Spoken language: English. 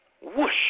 Whoosh